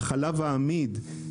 החלב העמיד,